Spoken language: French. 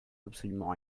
absolument